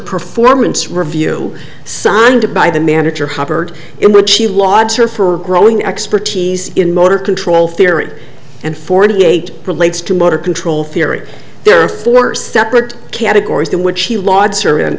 performance review signed by the manager hubbard in which she logs her for growing expertise in motor control theory and forty eight relates to motor control theory there are four separate categories in which he lauds her